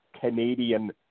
Canadian